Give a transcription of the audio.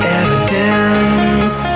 evidence